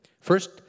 First